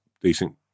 decent